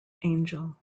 angel